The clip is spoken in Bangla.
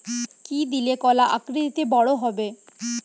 কি দিলে কলা আকৃতিতে বড় হবে?